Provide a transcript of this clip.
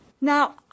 now